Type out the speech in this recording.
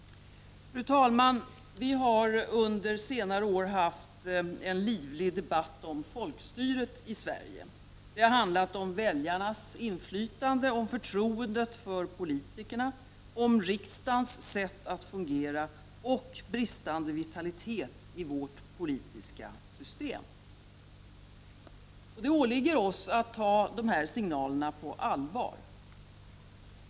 Fru talman! Vi har under senare år haft en livlig debatt om folkstyret i Sverige. Den har handlat om väljarnas inflytande, om förtroendet för politikerna, om riksdagens sätt att fungera och om bristande vitalitet i vårt politiska system. Det åligger oss att ta dessa signaler på allvar.